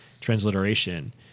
transliteration